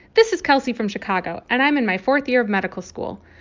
this is kelsey from chicago, and i'm in my fourth year of medical school.